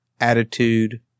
Attitude